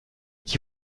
qui